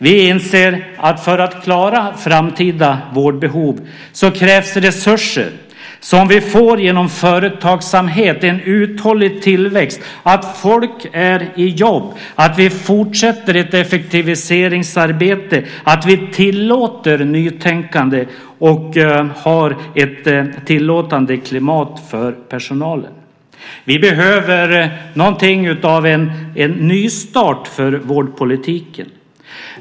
Vi inser att det för att klara framtida vårdbehov krävs resurser som vi får genom företagsamhet, en uthållig tillväxt, att folk är i jobb och att vi fortsätter effektiviseringsarbetet, tillåter nytänkande och har ett tillåtande klimat för personalen. Vi behöver någonting av en nystart för vårdpolitiken.